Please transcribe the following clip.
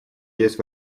есть